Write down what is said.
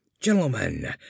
Gentlemen